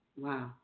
Wow